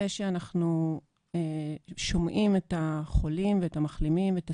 שאנחנו שומעים את החולים ואת המחלימים את השיח,